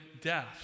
death